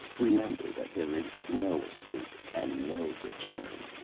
remember that there is no escape and no return.